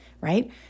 right